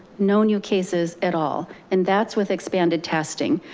no new cases at all, and that's with expanded testing.